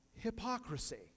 Hypocrisy